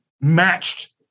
matched